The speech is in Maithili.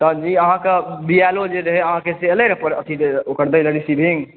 तऽ जी अहाँके बी एल ओ जे रहय अहाँके से एलै रऽ ओकर अथी ओकर दै लए रिसिविंग